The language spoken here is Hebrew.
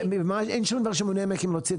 אז אין שום דבר שמונע מכם להוציא את